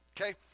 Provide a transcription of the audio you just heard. okay